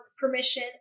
permission